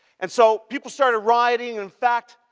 and so, people started rioting. in fact,